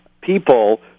people